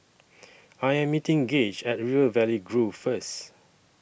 I Am meeting Gage At River Valley Grove First